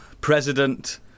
president